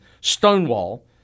Stonewall